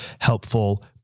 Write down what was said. helpful